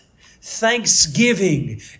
thanksgiving